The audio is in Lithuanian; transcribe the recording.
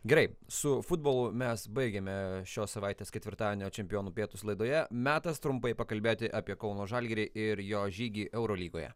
gerai su futbolu mes baigiame šios savaitės ketvirtadienio čempionų pietūs laidoje metas trumpai pakalbėti apie kauno žalgirį ir jo žygį eurolygoje